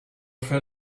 fed